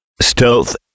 Stealth